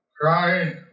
crying